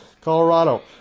Colorado